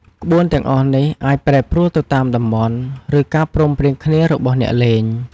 ក្បួនទាំងនេះអាចប្រែប្រួលទៅតាមតំបន់ ឬការព្រមព្រៀងគ្នារបស់អ្នកលេង។